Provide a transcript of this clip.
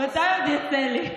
מתי עוד יצא לי?